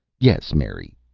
yes, mary,